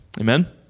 Amen